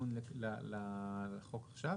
כתיקון לחוק עכשיו?